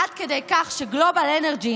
עד כדי כך שנובל אנרג'י